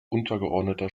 untergeordneter